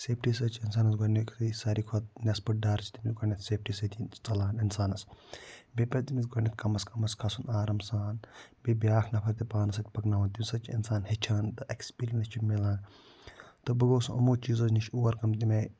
safety سۭتۍ چھِ اِنسانَس گۄڈٕنٮ۪تھٕے ساروی کھۄتہٕ نٮ۪صفہٕ ڈر چھِ تٔمِس گۄڈٕنٮ۪تھ سیفٹی سۭتی ژَلان اِنسانَس بیٚیہِ پَزِ تٔمِس گۄڈٕنٮ۪تھ کَمَس کَمَس کھَسُن آرام سان بیٚیہِ بیٛاکھ نَفَر تہِ پانَس سۭتۍ پَکناوُن تَمہِ سۭتۍ چھِ اِنسان ہیٚچھان تہٕ اٮ۪کٕسپیٖریَنٕس چھُ مِلان تہٕ بہٕ گوس یِمو چیٖزو نِش اوٚوَر کم تَمہِ آیہِ